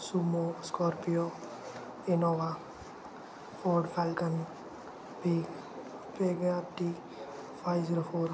Sumo Scorpio Innova Ford Falcon पीग पेगाटी five zero four